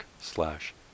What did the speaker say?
slash